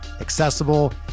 accessible